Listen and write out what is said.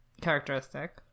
characteristic